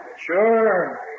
sure